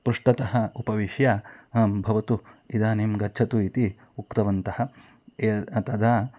पृष्ठतः उपविश्य भवतु इदानीं गच्छतु इति उक्तवन्तः तदा